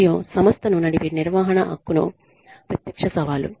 మరియు సంస్థను నడిపే నిర్వహణ హక్కుకు ప్రత్యక్ష సవాలు